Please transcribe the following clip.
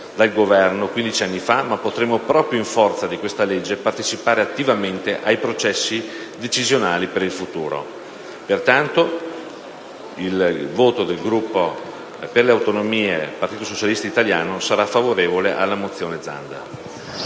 dal Governo 15 anni fa, ma potremmo proprio in forza di questa legge partecipare attivamente ai processi decisionali per il futuro. Pertanto, il Gruppo Per le Autonomie-Partito Socialista Italiano voterà a favore della mozione n.107